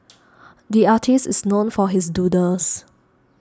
the artist is known for his doodles